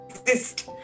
exist